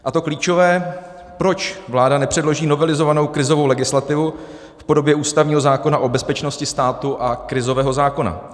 A to klíčové, proč vláda nepředloží novelizovanou krizovou legislativu v podobě ústavního zákona o bezpečnosti státu a krizového zákona?